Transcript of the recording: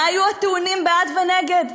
מה היו הטיעונים בעד ונגד,